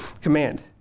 command